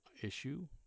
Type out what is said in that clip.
issue